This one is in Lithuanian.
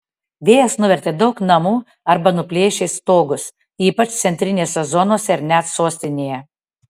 vėjas nuvertė daug namų arba nuplėšė stogus ypač centinėse zonose ir net sostinėje